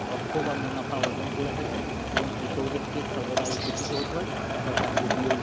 অর্থ বা মুনাফা অর্জন করে থাকেন এবং কৃষকদেরকে সর্বদাই শোষিত হতে হয় সরকার যদি এই